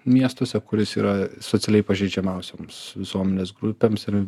miestuose kuris yra socialiai pažeidžiamiausioms visuomenės grupėms ir